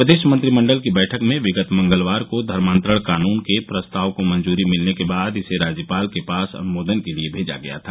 प्रदेश मंत्रिमंडल की बैठक में विगत मंगलवार को धर्मान्तरण कानून के प्रस्ताव को मंजूरी मिलने के बाद इसे राज्यपाल के पास अनुमोदन के लिये मेजा गया था